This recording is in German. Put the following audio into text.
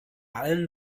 allen